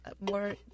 more